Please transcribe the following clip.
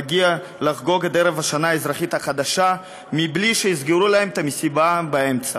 מגיע לחגוג את ערב השנה האזרחית החדשה מבלי שיסגרו להם את המסיבה באמצע.